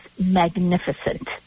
magnificent